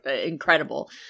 incredible